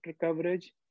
coverage